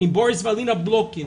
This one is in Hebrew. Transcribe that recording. עם בוריס ואלינה בלוקין,